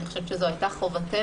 אני חושבת שזו הייתה חובתנו.